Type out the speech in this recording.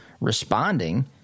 responding